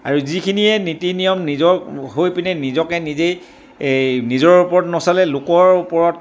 আৰু যিখিনিয়ে নীতি নিয়ম নিজক হৈ পিনে নিজকে নিজেই এই নিজৰ ওপৰত নচলে লোকৰ ওপৰত